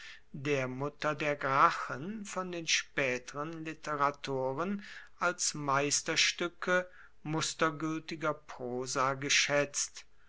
der mutter der gracchen von den späteren literatoren als meisterstücke mustergültiger prosa geschätzt